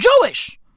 Jewish